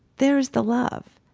there is the love.